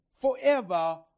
forever